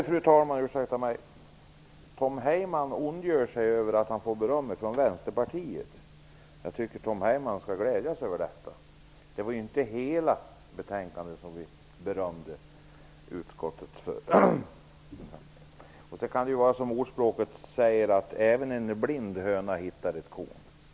Fru talman! Tom Heyman ondgör sig över att han får beröm ifrån Vänsterpartiet. Jag tycker att han i stället skall glädja sig över detta. Vi berömde ju inte utskottet för hela betänkandet. I det här fallet kanske ordspråket om att även en blind höna någon gång finner ett korn passar.